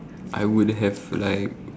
I would have like